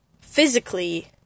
physically